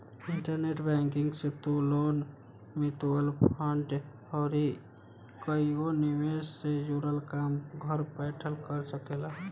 internet banking से तू loan, mutual fund अउरी कईगो निवेश से जुड़ल काम घर बैठल कर सकेला